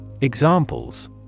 Examples